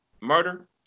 murder